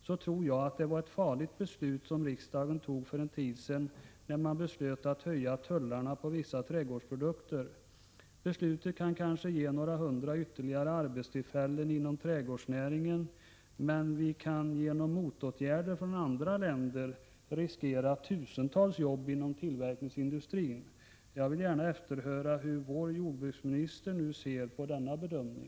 Jag tror att det var ett farligt beslut som riksdagen fattade för en tid sedan, när man beslöt att höja tullarna på vissa trädgårdsprodukter. Beslutet kan kanske ge några hundra ytterligare arbetstillfällen inom trädgårdsnäringen. Men genom motåtgärder från andra länder kan vi riskera tusentals jobb inom tillverkningsindustrin. Jag vill gärna efterhöra hur vår jordbruksminister nu ser på denna bedömning.